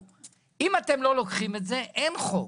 אם אתם לא לוקחים את זה, אין חוק,